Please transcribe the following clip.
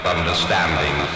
Understanding